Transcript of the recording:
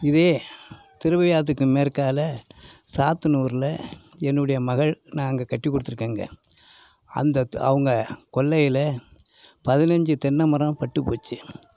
இதே திருவையாற்றுக்கு மேற்கால் சாத்தனூரில் என்னுடைய மகள் நான் அங்கே கட்டி கொடுத்துருக்கேங்க அந்த த அவங்க கொல்லையில் பதினஞ்சு தென்னை மரம் பட்டு போச்சு